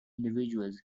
individuals